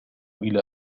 إلى